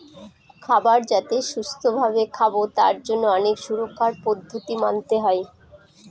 খাবার যাতে সুস্থ ভাবে খাবো তার জন্য অনেক সুরক্ষার পদ্ধতি মানতে হয়